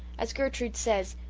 as gertrude says,